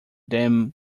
then